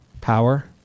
Power